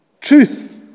truth